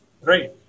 Right